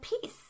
peace